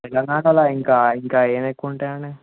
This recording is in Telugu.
తెలంగాణలో ఇంకా ఇంకా ఏమి ఎక్కువ ఉంటాయండి